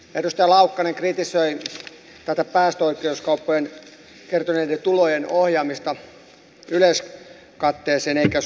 edustaja laukkanen kritisoi tätä päästöoikeuskaupoista kertyneiden tulojen ohjaamista yleiskatteeseen eikä suoraan kehitysyhteistyöhön